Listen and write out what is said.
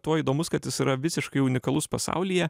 tuo įdomus kad jis yra visiškai unikalus pasaulyje